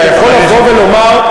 אתה יכול לבוא ולומר,